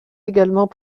également